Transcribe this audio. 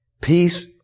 Peace